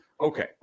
Okay